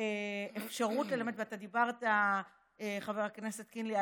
חבר הכנסת קינלי,